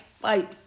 fight